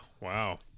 Wow